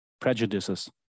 prejudices